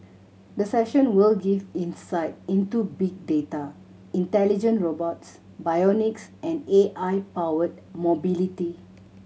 the session will give insight into big data intelligent robots bionics and A I powered mobility